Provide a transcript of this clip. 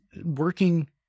working